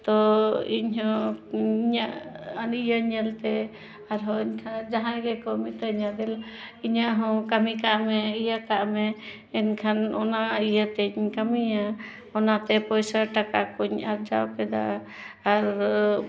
ᱛᱚ ᱤᱧᱦᱚᱸ ᱤᱧᱟᱹᱜ ᱤᱭᱟᱹ ᱧᱮᱞᱛᱮ ᱟᱨᱦᱚᱸ ᱮᱱᱠᱷᱟᱱ ᱡᱟᱦᱟᱸᱭ ᱜᱮᱠᱚ ᱢᱤᱛᱟᱹᱧᱟ ᱫᱮᱞᱟ ᱤᱧᱟᱹᱜ ᱦᱚᱸ ᱠᱟᱹᱢᱤ ᱠᱟᱜ ᱢᱮ ᱤᱭᱟᱹ ᱠᱟᱜ ᱢᱮ ᱮᱱᱠᱷᱟᱱ ᱚᱱᱟ ᱤᱭᱟᱹᱛᱮᱧ ᱠᱟᱹᱢᱤᱭᱟ ᱚᱱᱟᱛᱮ ᱯᱚᱭᱥᱟ ᱴᱟᱠᱟ ᱠᱚᱧ ᱟᱨᱡᱟᱣ ᱠᱮᱫᱟ ᱟᱨ